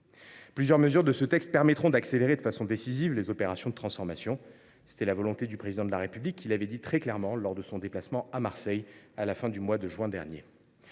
Plusieurs mesures de ce texte permettront d’accélérer de façon décisive les opérations de transformation. C’était la volonté du Président de la République, qui l’avait dit très clairement lors de son déplacement à Marseille à la fin du mois de juin dernier.